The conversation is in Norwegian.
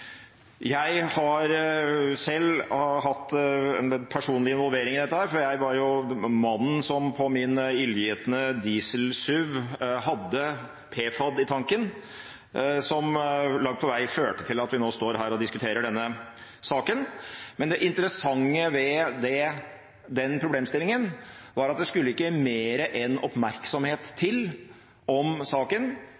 Jeg har selv hatt en personlig involvering i dette, for jeg var mannen som på sin illgjetne diesel-SUV hadde PFAD i tanken, som langt på vei førte til at vi nå står her og diskuterer denne saken. Men det interessante ved den problemstillingen var at det ikke skulle mer enn oppmerksomhet